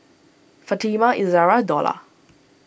Fatimah Izara Dollah